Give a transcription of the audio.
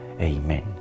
Amen